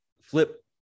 flip